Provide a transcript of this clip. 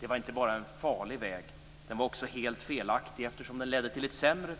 Det var inte bara en farlig väg. Den var också helt felaktig, eftersom den ledde till ett sämre